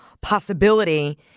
possibility